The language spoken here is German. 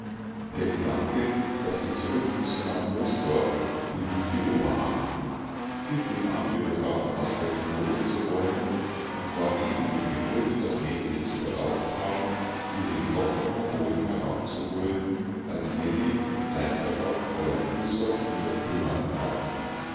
der gedanke daß sie zurück müsse nach moosdorf behielt die oberhand sie fing an ihre sachen aus der kommode zu räumen und war eben im begriff das mädchen zu beauftragen ihr den koffer vom boden herabzuholen als nellie und gleich darauf fräulein güssow in das zimmer traten